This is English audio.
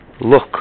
look